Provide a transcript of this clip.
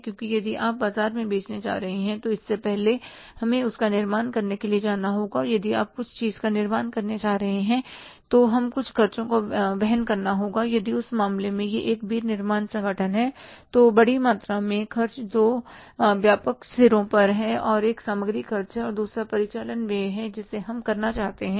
क्योंकि यदि आप बाजार में बेचने जा रहे हैं तो इससे पहले हमें उसका निर्माण करने के लिए जाना होगा और यदि आप कुछ चीज का निर्माण करने जा रहे हैं तो हम कुछ खर्चों को वहन करना होगा और यदि यह उस मामले में एक विनिर्माण संगठन है तो बड़ी मात्रा में खर्च दो व्यापक सिरों पर है एक सामग्री खर्च है और दूसरा परिचालन व्यय है जिसे हम करना चाहते हैं